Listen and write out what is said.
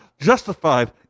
justified